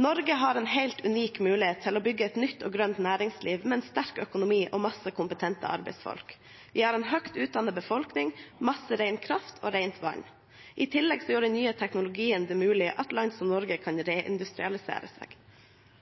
Norge har en helt unik mulighet til å bygge et nytt og grønt næringsliv med en sterk økonomi og masse kompetente arbeidsfolk. Vi har en høyt utdannet befolkning, mye ren kraft og rent vann. I tillegg gjør den nye teknologien det mulig at land som Norge kan